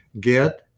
get